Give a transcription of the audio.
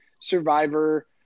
survivor